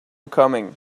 coming